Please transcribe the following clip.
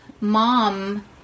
mom